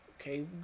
Okay